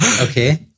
Okay